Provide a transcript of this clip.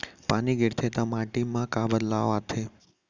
पानी गिरथे ता माटी मा का बदलाव आथे?